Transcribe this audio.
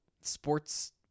sports –